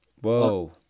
Whoa